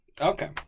Okay